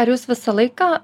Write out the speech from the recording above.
ar jūs visą laiką